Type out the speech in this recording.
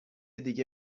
دیگه